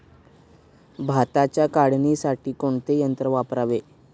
भाताच्या काढणीसाठी कोणते यंत्र वापरावे?